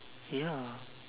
ya